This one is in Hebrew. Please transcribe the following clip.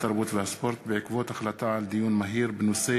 התרבות והספורט בעקבות דיון מהיר בהצעת